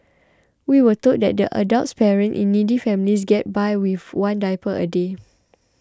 we were told that the adult patients in needy families get by with one diaper a day